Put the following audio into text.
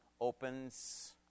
opens